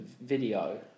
video